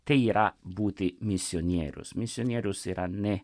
tai yra būti misionierius misionierius yra ne